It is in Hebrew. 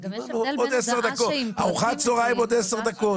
אני אומר לו ארוחת צהריים עוד עשר דקות.